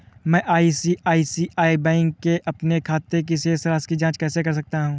मैं आई.सी.आई.सी.आई बैंक के अपने खाते की शेष राशि की जाँच कैसे कर सकता हूँ?